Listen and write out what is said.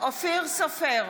אופיר סופר,